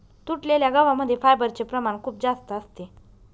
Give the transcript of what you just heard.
तुटलेल्या गव्हा मध्ये फायबरचे प्रमाण खूप जास्त असते